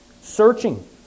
searching